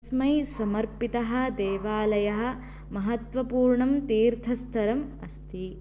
तस्मै समर्पितः देवालयः महत्त्वपूर्णं तीर्थस्थलम् अस्ति